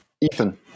Ethan